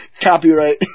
Copyright